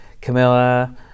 Camilla